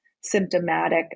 symptomatic